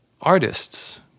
artists